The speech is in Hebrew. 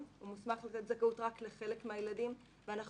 מוסמך לתת זכאות רק לחלק מהילדים ואנחנו